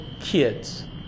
kids